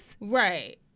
Right